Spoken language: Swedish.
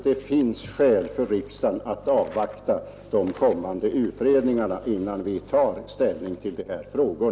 Det finns skäl för riksdagen att avvakta de kommande utredningarna innan vi tar ställning till dessa frågor.